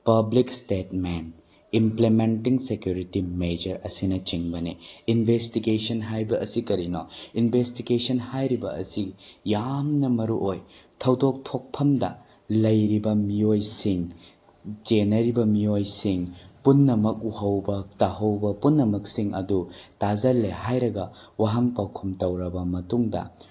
public statement implementing security measure ꯑꯁꯤꯅꯆꯤꯡꯕꯅꯤ investigation ꯍꯥꯏꯕ ꯑꯁꯤ ꯀꯔꯤꯅꯣ ꯏꯟꯚꯦꯁꯇꯤꯒꯦꯁꯟ ꯍꯥꯏꯔꯤꯕ ꯑꯁꯤ ꯌꯥꯝꯅ ꯃꯔꯨꯑꯣꯏ ꯊꯧꯗꯣꯛ ꯊꯣꯛꯐꯝꯗ ꯂꯩꯔꯤꯕ ꯃꯤꯑꯣꯏꯁꯤꯡ ꯆꯦꯟꯅꯔꯤꯕ ꯃꯤꯑꯣꯏꯁꯤꯡ ꯄꯨꯝꯃꯛ ꯎꯍꯧꯕ ꯇꯥꯍꯧꯕ ꯄꯨꯝꯅꯃꯛꯁꯤꯡ ꯑꯗꯨ ꯇꯥꯁꯤꯜꯂꯦ ꯍꯥꯏꯔꯒ ꯋꯥꯍꯪ ꯄꯥꯎꯈꯨꯝ ꯇꯧꯔꯕ ꯃꯇꯨꯡꯗ